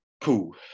cool